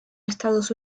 estados